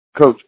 Coach